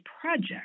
project